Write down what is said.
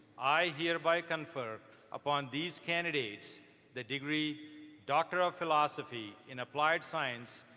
i hereby confer upon these candidates the degree doctor of philosophy in applied science,